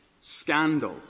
scandal